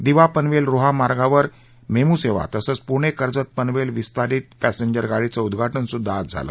दिवा पनवेल रोहा मार्गावर मेमु सेवा तसंच पुणे कर्जत पनवेल विस्तारीत पॅसेंजर गाडीचं उद्घाटन सुद्घा आज झालं